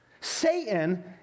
Satan